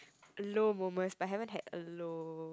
low moments I haven't had a low